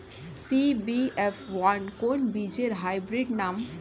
CBF one কোন বীজের hybrid নাম?